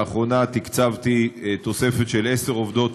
לאחרונה תקצבתי תוספת של עשר עובדות